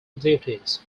duties